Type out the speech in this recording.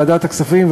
ועדת הכספים,